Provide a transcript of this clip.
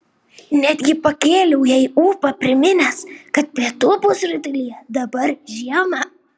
netgi pakėliau jai ūpą priminęs kad pietų pusrutulyje dabar žiema